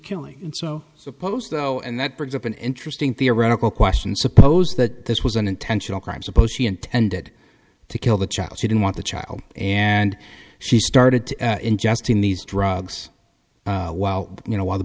killing and so suppose though and that brings up an interesting theoretical question suppose that this was an intentional crime suppose she intended to kill the child she didn't want the child and she started to ingesting these drugs while you know while the